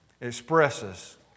expresses